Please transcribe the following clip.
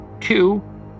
Two